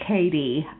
Katie